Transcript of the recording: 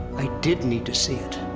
i did need to see it.